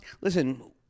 listen